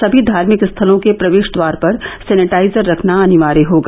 समी धार्मिक स्थलों के प्रवेश द्वार पर सेनेटाइजर रखना अनिवार्य होगा